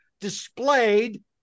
displayed